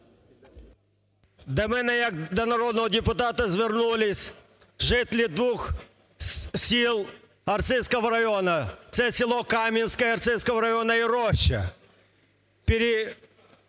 До мене як до народного депутата звернулись жителі двох сілАрцизького району, це село Кам'янське Арцизького району і